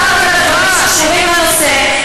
דיברתי על דברים שקשורים לנושא,